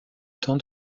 temps